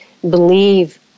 believe